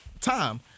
time